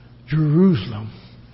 Jerusalem